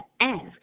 ask